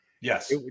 Yes